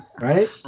Right